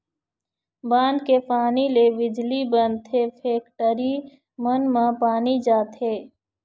बांध के पानी ले बिजली बनथे, फेकटरी मन म पानी जाथे